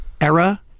era